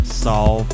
solve